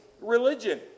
religion